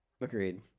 Agreed